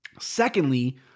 Secondly